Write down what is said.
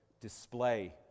display